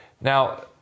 now